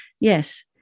yes